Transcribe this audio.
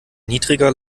niedriger